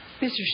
Mr